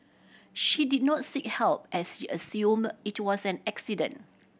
she did not seek help as she assume it was an accident